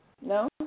No